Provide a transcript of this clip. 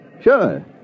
Sure